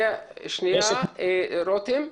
להציג כל נתון שתבקשו.